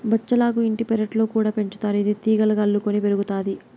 బచ్చలాకు ఇంటి పెరట్లో కూడా పెంచుతారు, ఇది తీగలుగా అల్లుకొని పెరుగుతాది